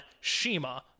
shima